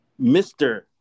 Mr